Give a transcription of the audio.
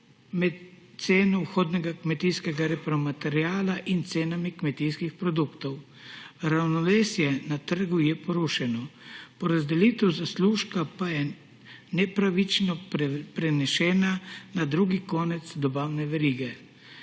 med ceno vhodnega kmetijskega repromateriala in cenami kmetijskih produktov. Ravnovesje ne trgu je porušeno, porazdelitev zaslužka pa je nepravično prenesena na drugi konec dobavne verige.